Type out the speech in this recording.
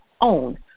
OWN